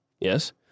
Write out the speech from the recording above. Yes